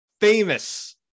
famous